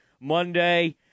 Monday